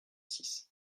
six